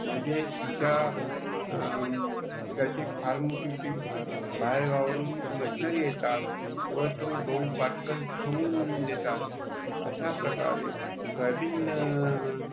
म्हणजे तुमच्या त्याची फार मोठीमोठी बाहेरगावावरून मशनरी येतात व तो गहू पटकन सोंगून देतात अशाप्रकारे सोयाबीन